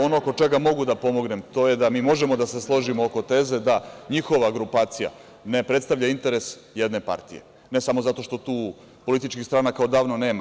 Ono oko čega mogu da pomognem, to je da mi možemo da se složimo oko teze da njihova grupacija ne predstavlja interes jedne partije, ne samo zato što tu političkih stranaka odavno nema.